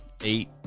eight